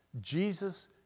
Jesus